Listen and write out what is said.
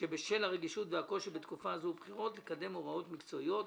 בשל הרגישות והקושי בתקופה הזו של הבחירות לקדם הוראות מקצועיות,